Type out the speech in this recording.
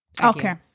okay